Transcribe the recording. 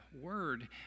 word